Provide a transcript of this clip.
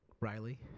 Riley